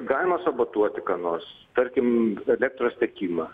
galima sabotuoti ką nors tarkim elektros tiekimą